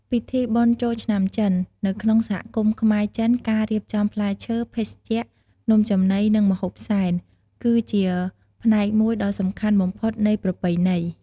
ពិធីបុណ្យចូលឆ្នាំចិននៅក្នុងសហគមន៍ខ្មែរ-ចិន ការរៀបចំ ផ្លែឈើ ភេសជ្ជៈ នំចំណី និងម្ហូបសែន គឺជាផ្នែកមួយដ៏សំខាន់បំផុតនៃប្រពៃណី។